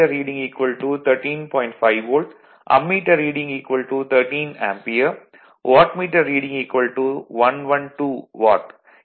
5 volt ammeter reading 13 ampere wattmeter reading 112 what